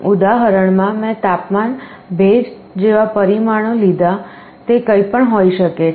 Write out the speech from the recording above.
ઉદાહરણમાં મેં તાપમાન ભેજ જેવા પરિમાણો લીધાં તે કંઈપણ હોઈ શકે છે